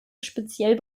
speziell